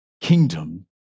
kingdom